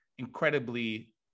Incredibly